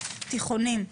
תיכונים.